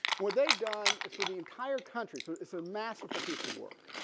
what they've done is for the entire country. so it's a masterful piece of work.